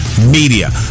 media